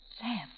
Sam